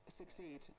succeed